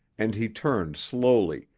and he turned slowly,